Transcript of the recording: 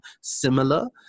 similar